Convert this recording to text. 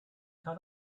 cut